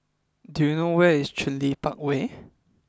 do you know where is Cluny Park Way